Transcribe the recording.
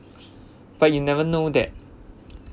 but you never know that